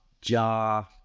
jar